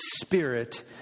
Spirit